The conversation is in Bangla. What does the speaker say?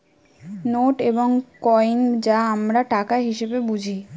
নোট এবং কইন যা আমরা টাকা হিসেবে বুঝি